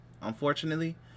unfortunately